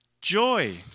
Joy